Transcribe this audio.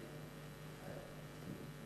מעצרים) (תיקון מס'